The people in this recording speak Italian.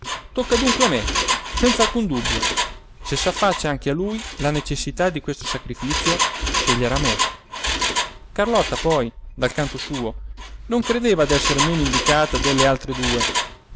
tocca dunque a me senz'alcun dubbio se s'affaccia anche a lui la necessità di questo sacrifizio sceglierà me carlotta poi dal canto suo non credeva d'esser meno indicata delle altre due